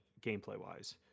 gameplay-wise